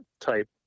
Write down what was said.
type